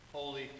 Holy